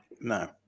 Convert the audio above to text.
no